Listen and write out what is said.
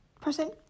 person